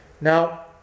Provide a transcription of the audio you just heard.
Now